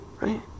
Right